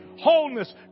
wholeness